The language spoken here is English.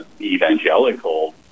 evangelical